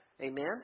Amen